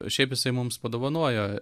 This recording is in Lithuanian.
o šiaip jisai mums padovanojo